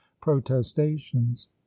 protestations